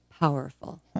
powerful